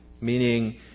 meaning